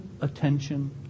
attention